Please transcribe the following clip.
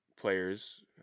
players